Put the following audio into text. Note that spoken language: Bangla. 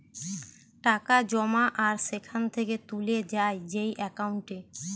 টাকা জমা আর সেখান থেকে তুলে যায় যেই একাউন্টে